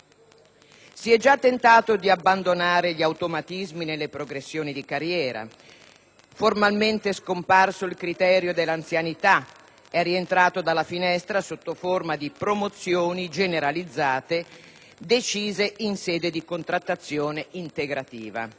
Si è già tentato di abbandonare gli automatismi nelle progressioni di carriera: formalmente scomparso il criterio della anzianità, è rientrato dalla finestra sotto forma di promozioni generalizzate, decise in sede di contrattazione integrativa.